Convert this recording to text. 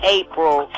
april